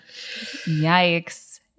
Yikes